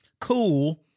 cool